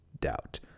doubt